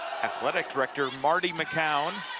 athletic director marty mccown.